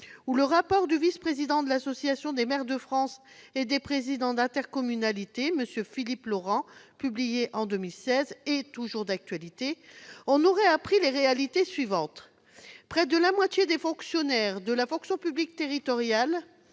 ou celui du vice-président de l'Association des maires de France et des présidents d'intercommunalité, M. Philippe Laurent, publié en 2016 et toujours d'actualité, nous apprennent ainsi que près de la moitié des fonctionnaires de la fonction publique territoriale-